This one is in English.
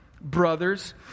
brothers